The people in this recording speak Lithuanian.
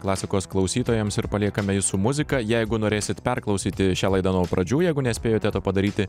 klasikos klausytojams ir paliekame jus su muzika jeigu norėsit perklausyti šią laidą nuo pradžių jeigu nespėjote to padaryti